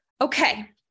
okay